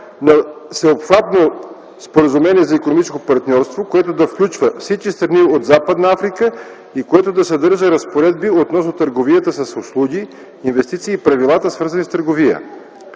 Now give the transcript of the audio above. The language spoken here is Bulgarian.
на всеобхватно споразумение за икономическо партньорство, което да включва всички страни от Западна Африка и което да съдържа разпоредби относно търговията с услуги, инвестиции и правилата, свързани с търговия.